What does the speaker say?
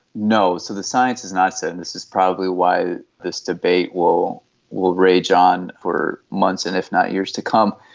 no, so the science is not set, and this is probably why this debate will will rage on for months and if not years to come.